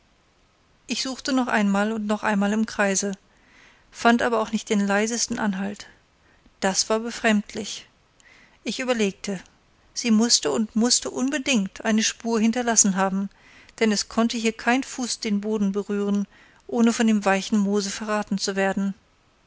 ich suchte noch einmal und noch einmal im kreise fand aber auch nicht den leisesten anhalt das war befremdlich ich überlegte sie mußte und mußte unbedingt eine spur hinterlassen haben denn es konnte hier kein fuß den boden berühren ohne von dem weichen moose verraten zu werden